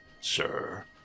sir